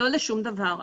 לשום דבר.